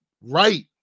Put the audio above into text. Right